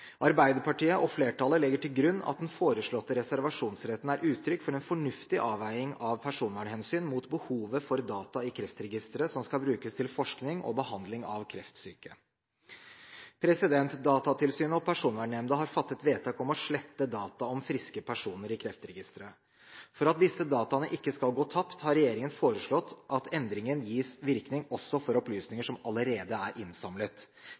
Arbeiderpartiet og flertallet legger til grunn at den foreslåtte reservasjonsretten er uttrykk for en fornuftig avveining av personvernhensyn mot behovet for data i Kreftregisteret som skal brukes til forskning og behandling av kreftsyke. Datatilsynet og Personvernnemnda har fattet vedtak om å slette data om friske personer i Kreftregisteret. For at disse dataene ikke skal gå tapt, har regjeringen foreslått at endringen skal gis virkning også for opplysninger som allerede er innsamlet.